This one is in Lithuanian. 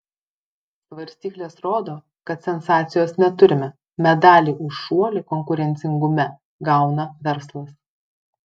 svarstyklės rodo kad sensacijos neturime medalį už šuolį konkurencingume gauna verslas